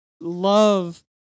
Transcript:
love